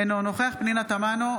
אינו נוכח פנינה תמנו,